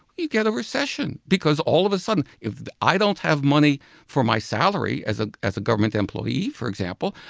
you get a recession because, all of a sudden, if i don't have money for my salary as ah as a government employee, for example,